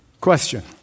Question